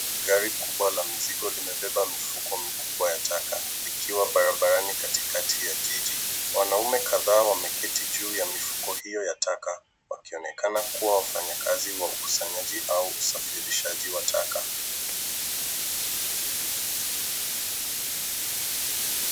Gari kubwa la mizigo limebeba mifuko mikubwa la taka, likiwa barabarani katikati ya jiji. Wanaume kadhaa wameketi juu ya mifuko hio ya taka, wakionekana kua wafanyikazi wa ukusanyaji au usafirishaji wa taka.